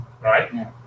right